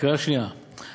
גפני אומר שזה לא היה ככה.